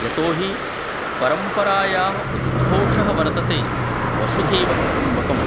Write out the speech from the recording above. यतो हि परम्परायाः उद्घोषः वर्तते वसुधैव कुटुम्बकं